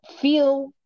feel